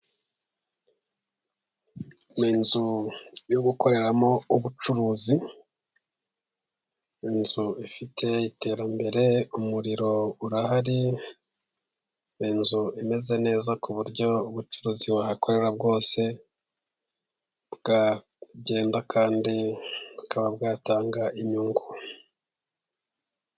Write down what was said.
Inzu yo gukoreramo ubucuruzi, inzu ifite iterambere umuriro urahari, inzu imeze neza ku buryo ubucuruzi wahakorera bwose bwagenda, kandi bukaba bwatanga inyungu.